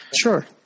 Sure